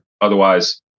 otherwise